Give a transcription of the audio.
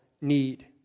need